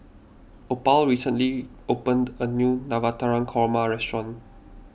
Opal recently opened a new Navratan Korma restaurant